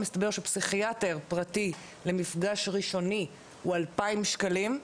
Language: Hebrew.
מסתבר שפסיכיאטר פרטי למפגש ראשוני הוא 2,000 ₪,